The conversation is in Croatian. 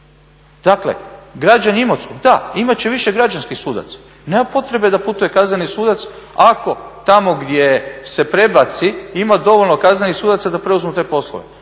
Dakle, građani Imotskog, da imat će više građanskih suda, nema potrebe da putuje kazneni sudac ako tako gdje se prebaci ima dovoljno kaznenih sudaca da preuzmu te poslove